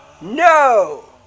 No